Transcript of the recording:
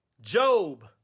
Job